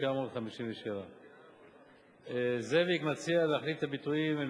התשי"ז 1957. זאביק מציע להחליף את הביטויים,